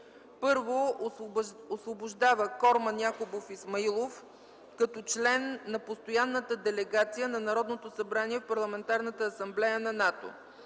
1. Освобождава Корман Якубов Исмаилов като член на Постоянната делегация на Народното събрание в Парламентарната асамблея на НАТО.